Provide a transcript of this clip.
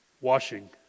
washing